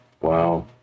Wow